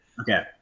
Okay